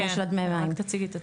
כן, רק תציגי את עצמך.